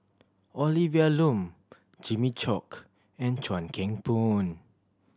Olivia Lum Jimmy Chok and Chuan Keng Boon